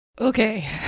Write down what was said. Okay